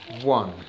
one